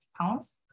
pounds